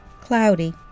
Cloudy